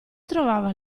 trovava